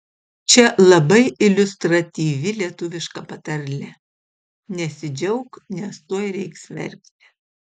čia labai iliustratyvi lietuviška patarlė nesidžiauk nes tuoj reiks verkti